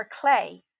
clay